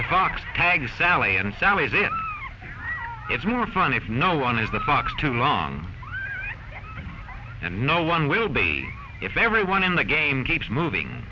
the fox tags sally and so is it it's more fun if no one is the box too long and no one will be if everyone in the game keeps moving